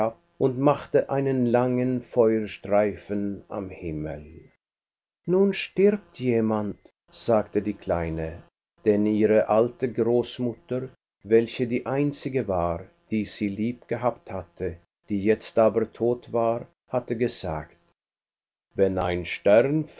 und machte einen langen feuerstreifen am himmel nun stirbt jemand sagte die kleine denn ihre alte großmutter welche die einzige war die sie lieb gehabt hatte die jetzt aber tot war hatte gesagt wenn ein stern